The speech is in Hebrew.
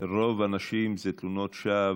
שרוב תלונות הנשים הן תלונות שווא,